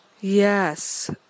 Yes